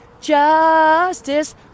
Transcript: Justice